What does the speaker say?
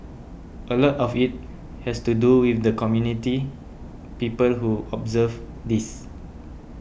a lot of it has to do with the community people who observe this